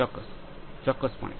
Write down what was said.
ચોક્કસ ચોક્કસપણે